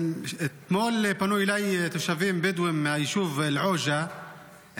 אתמול פנו אליי תושבים בדואים מהיישוב אל עוג'א,